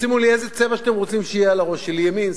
תשימו לי איזה צבע שאתם תרצו שיהיה על הראש שלי: ימין,